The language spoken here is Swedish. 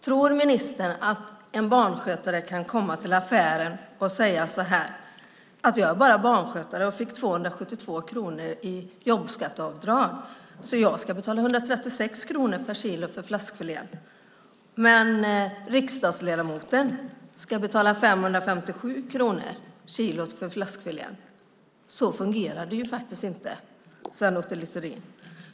Tror ministern att en barnskötare kan komma till affären och säga så här: Jag är bara barnskötare och fick 272 kronor i jobbskatteavdrag så jag ska betala 136 kronor per kilo för fläskfilén, men riksdagsledamoten ska betala 557 kronor per kilo för fläskfilén. Så fungerar det inte, Sven Otto Littorin.